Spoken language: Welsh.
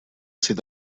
sydd